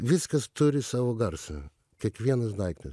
viskas turi savo garsą kiekvienas daiktas